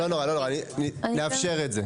לא נורא, לא נורא, נאפשר את זה.